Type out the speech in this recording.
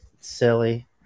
silly